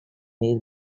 niece